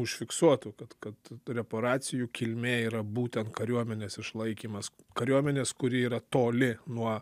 užfiksuotų kad kad reparacijų kilmė yra būtent kariuomenės išlaikymas kariuomenės kuri yra toli nuo